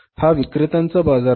हा विक्रेत्यांचा बाजार नाही